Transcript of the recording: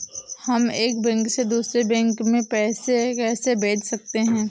हम एक बैंक से दूसरे बैंक में पैसे कैसे भेज सकते हैं?